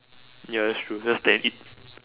ya that's true cause technically